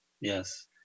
Yes